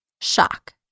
shock